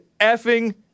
effing